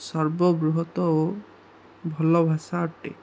ସର୍ବବୃହତ ଓ ଭଲ ଭାଷା ଅଟେ